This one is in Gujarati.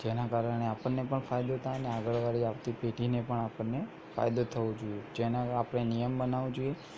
જેના કારણે આપણને પણ ફાયદો થાય અને આગળવાળી આવતી પેઢીને પણ આપણને ફાયદો થવો જોઇએ જેના આપણે નિયમ બનાવવા જોઇએ